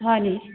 হয় নি